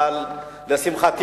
אבל לשמחתי,